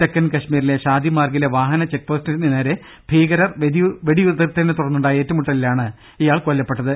തെക്കൻ കശ്മീരിലെ ഷാദിമാർഗിലെ വാഹന ചെക്പോസ്റ്റിന് നേരെ ഭീകരർ വെടിയുതിർത്തതിനെ തുടർന്നുണ്ടായ ഏറ്റുമുട്ടലിലാണ് ഇയാൾ കൊല്ലപ്പെട്ടത്